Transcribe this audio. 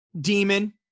demon